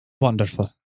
Wonderful